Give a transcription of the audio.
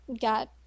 got